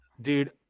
dude